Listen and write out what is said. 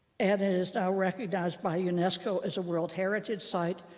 and it is now recognized by unesco as a world heritage site.